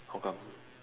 how come